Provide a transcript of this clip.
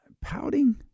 Pouting